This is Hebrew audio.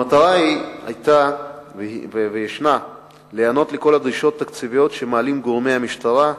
המטרה היתה וישנה להיענות לכל הדרישות התקציביות שמעלים גורמי המשטרה,